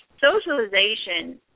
socialization